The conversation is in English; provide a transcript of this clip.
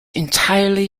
entirely